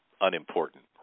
unimportant